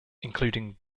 including